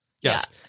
Yes